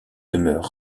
demeurent